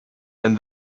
and